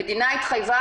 המדינה התחייבה,